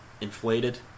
inflated